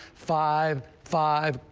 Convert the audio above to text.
five, five,